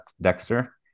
Dexter